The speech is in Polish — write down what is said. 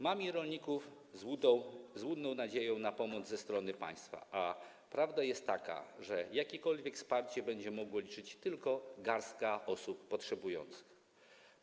Mami rolników złudną nadzieją na pomoc ze strony państwa, a prawda jest taka, że na jakiekolwiek wsparcie będzie mogła liczyć tylko garstka potrzebujących osób.